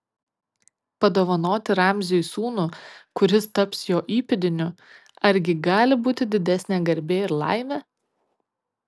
padovanoti ramziui sūnų kuris taps jo įpėdiniu argi gali būti didesnė garbė ir laimė